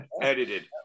edited